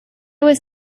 was